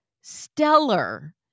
stellar